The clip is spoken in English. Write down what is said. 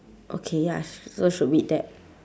okay ya so should be that